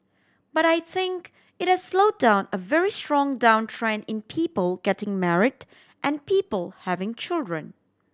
but I think it has slow down a very strong downtrend in people getting married and people having children